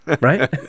Right